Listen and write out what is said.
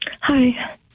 Hi